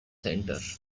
centre